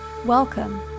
Welcome